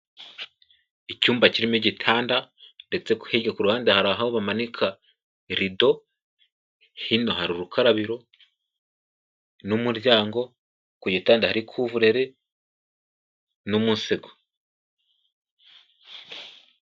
Icyumba kirimo igitanda ndetse hirya ku ruhande hari aho bamanika rido, hino hari urukarabiro n'umuryango ku gitanda hari kuvureri n'umusego.